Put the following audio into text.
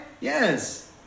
Yes